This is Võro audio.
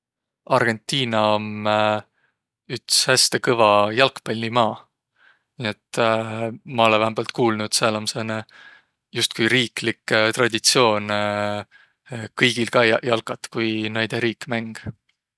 Argentiina om üts häste kõva jalgpallimaa. Nii et ma olõ vähämbält kuuldnuq, et sääl om sääne justkui riiklik traditsioon kõigil kaiaq jalkat, kui näide riik mäng.